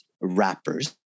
rappers